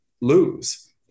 lose